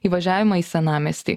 įvažiavimą į senamiestį